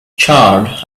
charred